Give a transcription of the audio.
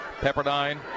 Pepperdine